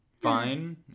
fine